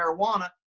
marijuana